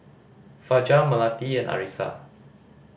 Fajar Melati and Arissa